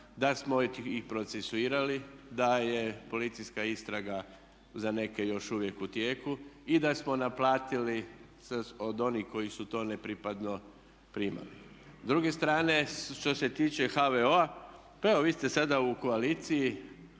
da smo i procesuirali, da je policijska istraga za neke još uvijek u tijeku i da smo naplatili se od onih koji su to nepripadno primali. S druge što se tiče HVO-a, pa evo vi ste sada u koaliciji,